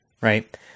right